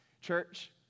Church